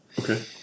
Okay